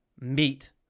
meet